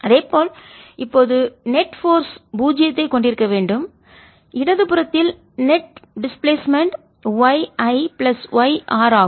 அதேபோல் இப்போது net force நிகர விசை பூஜ்ஜியத்தை கொண்டிருக்க வேண்டும் இடது புறத்தில் நெட் டிஸ்பிளேஸ்மென்ட் நிகர இடப்பெயர்ச்சி y I plus y R ஆகும்